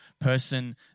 person